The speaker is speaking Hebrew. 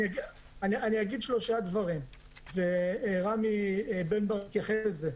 אגיד שלושה דברים, ורם בן ברק התייחס לזה.